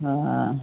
हँ